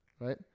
right